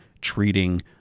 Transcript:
treating